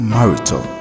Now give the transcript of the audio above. Marital